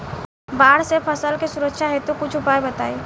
बाढ़ से फसल के सुरक्षा हेतु कुछ उपाय बताई?